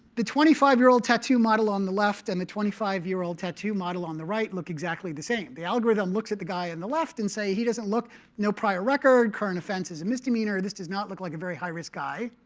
the twenty five year old tattoo model on the left and the twenty five year old tattoo model on the right look exactly the same. the algorithm looks at the guy on and the left and say, he doesn't look no prior record, current offense is a misdemeanor. this does not look like a very high-risk guy.